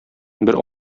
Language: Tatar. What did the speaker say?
бер